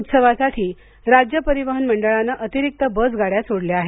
उत्सवासाठी राज्य परिवहन मंडळाने अतिरिक्त बसगाड्या सोडल्या आहेत